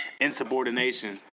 insubordination